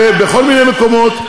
ובכל מיני מקומות.